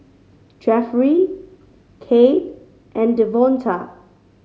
Jefferey Cade and Devonta